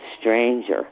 stranger